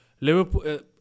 Liverpool